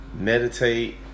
Meditate